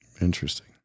Interesting